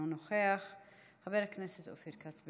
אופיר כץ,